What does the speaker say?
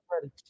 ready